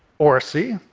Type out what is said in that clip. oracy,